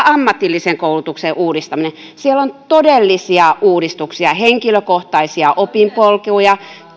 ammatillisen koulutuksen uudistaminen siellä on todellisia uudistuksia henkilökohtaisia opinpolkuja